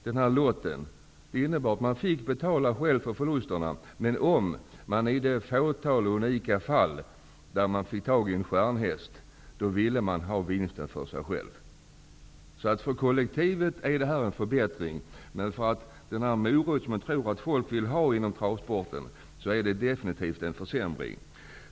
Det innebar att man själv fick stå för förlusterna, men i de unika fall där man kom över en stjärnhäst fick man behålla hela vinsten. För kollektivet innebär de nuvarande reglerna en förbättring, men med tanke på den morot man vill ha inom travsporten är det definitivt en försämring.